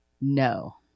No